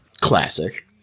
Classic